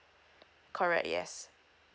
correct yes